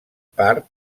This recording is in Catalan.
part